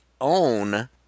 own